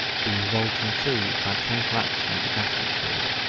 being evolved from food by chemical action of the gastric fluid.